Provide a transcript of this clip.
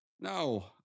No